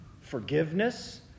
forgiveness